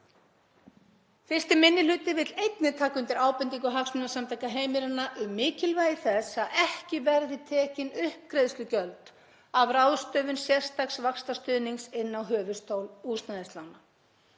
Fyrsti minni hluti vill einnig taka undir ábendingu Hagsmunasamtaka heimilanna um mikilvægi þess að ekki verði tekin uppgreiðslugjöld af ráðstöfun sérstaks vaxtastuðnings inn á höfuðstól húsnæðislána.